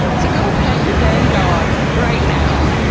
so, go pet your dang dog, right now!